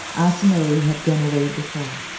arsinoe had gone away before.